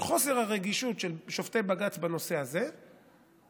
אבל חוסר הרגישות של שופטי בג"ץ בנושא הזה גרם